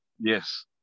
Yes